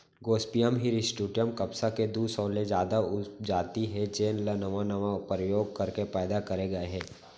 Gossypium हिरस्यूटॅम कपसा के दू सौ ले जादा उपजाति हे जेन ल नावा नावा परयोग करके पैदा करे गए हे